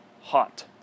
hot